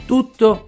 Tutto